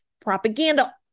propaganda